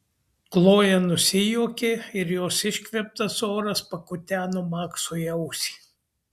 kloja nusijuokė ir jos iškvėptas oras pakuteno maksui ausį